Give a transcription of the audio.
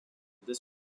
this